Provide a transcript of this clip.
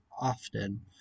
often